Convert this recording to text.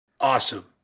awesome